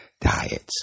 diets